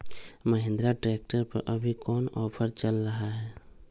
Mahindra tractor पर अभी कोन ऑफर चल रहा है?